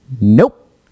nope